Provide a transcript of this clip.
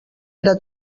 era